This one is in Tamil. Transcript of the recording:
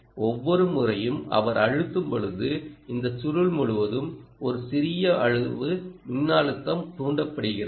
ஒவ்வொரு முறையும் அவர் அழுத்தும் போது இந்த சுருள் முழுவதும் ஒரு சிறிய அளவு மின்னழுத்தம் தூண்டப்படுகிறது